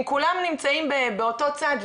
אם כולם נמצאים באותו צד,